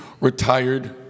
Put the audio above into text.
retired